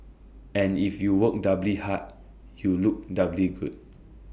and if you work doubly hard you look doubly good